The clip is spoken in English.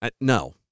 No